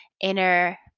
inner